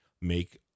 make